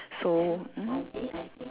so mm